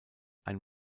ein